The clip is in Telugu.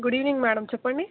గుడ్ ఈవెనింగ్ మ్యాడమ్ చెప్పండి